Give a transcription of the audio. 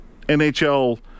NHL